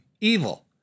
evil